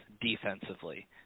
defensively